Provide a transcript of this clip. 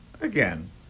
again